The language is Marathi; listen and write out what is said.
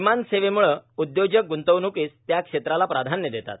विमानसेवेमुळे उद्योजक गृंतवणूकीस त्या क्षेत्राला प्राधान्य देतात